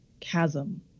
chasm